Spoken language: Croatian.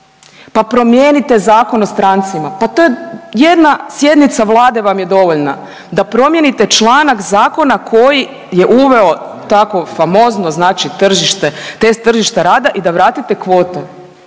pa promijenite Zakon o strancima, pa to jedna sjednica Vlade vam je dovoljna da promijenite članak zakona koji je uveo takvo famozno znači tržište, test tržišta rada o da vratite kvote.